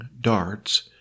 darts